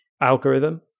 algorithm